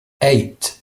eight